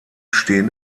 stehen